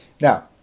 Now